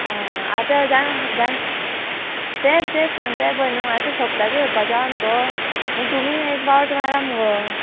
आं आतां जाण जाण तेंच तेंच सांगता येपय न्हू आतां सोंपताक येवपाचो हा न्हू गो म्हूण तुमी एक पावट मारा मुगो